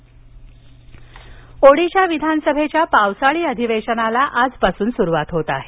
ओडिशा विधानसभा ओडिशा विधानसभेच्या पावसाळी अधिवेशनाला आजपासून सुरुवात होत आहे